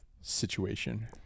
situation